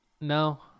No